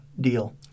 deal